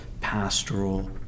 pastoral